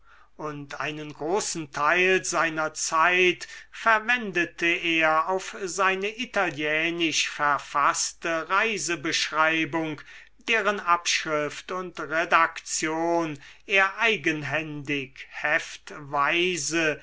und einen großen teil seiner zeit verwendete er auf seine italienisch verfaßte reisebeschreibung deren abschrift und redaktion er eigenhändig